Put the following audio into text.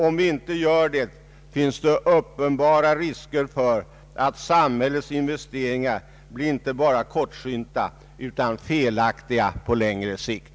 Om vi inte gör det, finns det uppenbara risker för att samhällets investeringar blir inte bara kortsynta utan felaktiga på längre sikt.